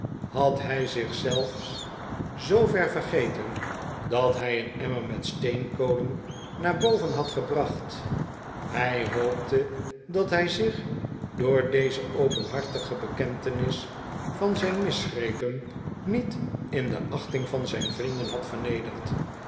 had hij zich zelfs zoover vergeten dat hij een emmer met steenkolen naar boven had gebracht hij hoopte dat hij zich door deze openhartige bekentenis van zijn misgrepen niet in de achting van zijn vrienden had vernederd